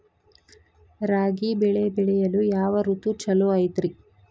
ರಾಗಿ ಬೆಳೆ ಬೆಳೆಯಲು ಯಾವ ಋತು ಛಲೋ ಐತ್ರಿ?